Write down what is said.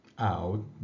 out